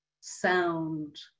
sound